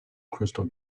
crystal